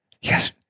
Yes